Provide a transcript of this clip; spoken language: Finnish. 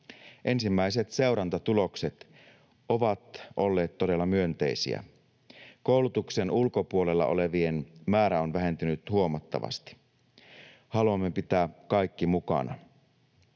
Ensimmäiset seurantatulokset ovat olleet todella myönteisiä. Koulutuksen ulkopuolella olevien määrä on vähentynyt huomattavasti. Haluamme pitää kaikki mukana.